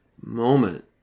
moment